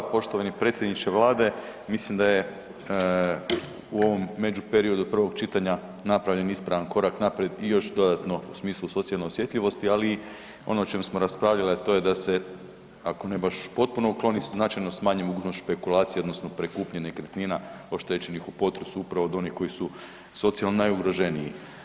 Poštovani predsjedniče Vlade, mislim da je u ovom međuperiodu od prvog čitanja napravljen ispravan korak naprijed i još dodatno u smislu socijalne osjetljivosti, ali i ono o čemu smo raspravljali, a to je da se ako ne baš potpuno ukloni, značajno smanji mogućnost špekulacije odnosno pri kupnji nekretnina oštećenih u potresu upravo od onih koji su socijalno najugroženiji.